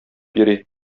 йөри